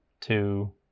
two